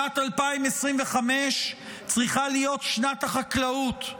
שנת 2025 צריכה להיות שנת החקלאות,